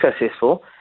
successful